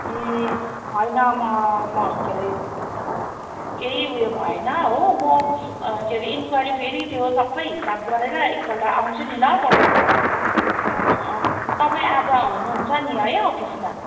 ए होइन म म के अरे केही ऊ यो भएन हो म के अरे इन्क्वाइरी फेरि त्यो सबै हिसाब गरेर एकपल्ट आउँछु नि ल तपाईँकोमा तपाईँ आज हुनुहुन्छ नि है अफिसमा